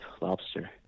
lobster